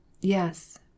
Yes